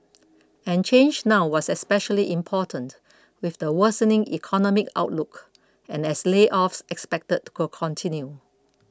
and change now was especially important with the worsening economic outlook and as layoffs expected to continue